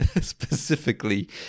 Specifically